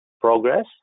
progress